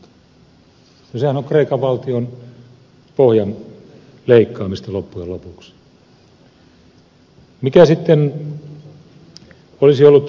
sehän on kreikan valtion pohjan leikkaamista loppujen lopuksi